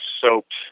soaked